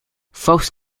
false